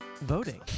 voting